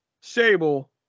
Sable